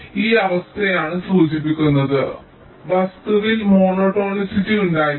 ഈ അവസ്ഥയാണ് സൂചിപ്പിക്കുന്നത് വസ്തുവിൽ മോണോടോണിസിറ്റി ഉണ്ടായിരിക്കണം